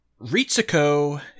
Ritsuko